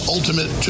Ultimate